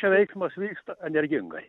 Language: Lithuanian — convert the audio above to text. čia veiksmas vyksta energingai